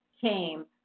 came